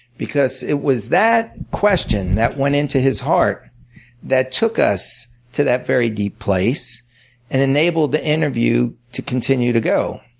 because it was that question that went into his heart that took us to that very deep place and enabled the interview to continue to go.